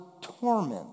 torment